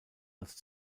als